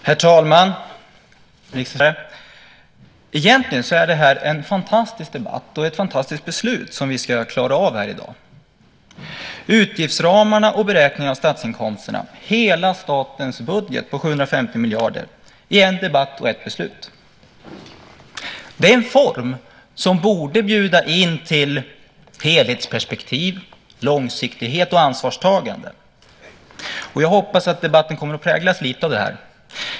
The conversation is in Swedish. Herr talman! Riksdagsledamöter och åhörare! Egentligen är det här en fantastisk debatt, och det är ett fantastiskt beslut som vi ska klara av här i dag, nämligen utgiftsramarna och beräkningen av statsinkomsterna - hela statens budget på 750 miljarder - i en debatt och ett beslut. Det är en form som borde inbjuda till helhetsperspektiv, långsiktighet och ansvarstagande. Jag hoppas att debatten kommer att präglas något av det.